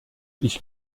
ich